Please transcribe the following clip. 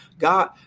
God